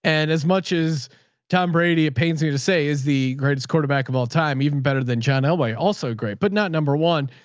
and as much as tom brady, it pains me to say is the greatest quarterback of all time, even better than john elway also. great, but not number one.